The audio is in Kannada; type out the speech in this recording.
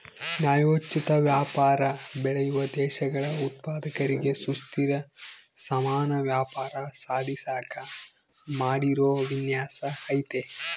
ನ್ಯಾಯೋಚಿತ ವ್ಯಾಪಾರ ಬೆಳೆಯುವ ದೇಶಗಳ ಉತ್ಪಾದಕರಿಗೆ ಸುಸ್ಥಿರ ಸಮಾನ ವ್ಯಾಪಾರ ಸಾಧಿಸಾಕ ಮಾಡಿರೋ ವಿನ್ಯಾಸ ಐತೆ